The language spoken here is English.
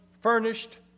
furnished